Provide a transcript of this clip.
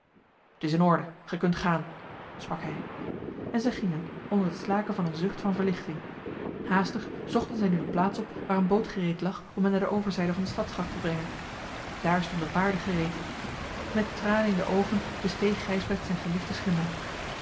t is in orde gij kunt gaan sprak hij en zij gingen onder het slaken van een zucht van verlichting haastig zochten zij nu de plaats op waar eene boot gereed lag om hen naar de overzijde van de stadsgracht te brengen daar stonden paarden gereed met tranen in de oogen besteeg gijsbrecht zijn geliefden schimmel